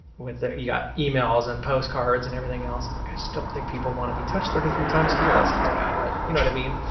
with the, you got emails and postcards and everything else. i'm like, i just don't think people want to be touched three to three times a year. that sounds bad. but you know what i mean?